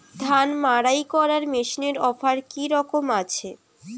ধান মাড়াই করার মেশিনের অফার কী রকম আছে?